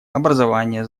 образование